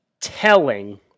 telling